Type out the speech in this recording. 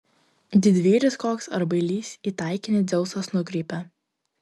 didvyris koks ar bailys į taikinį dzeusas nukreipia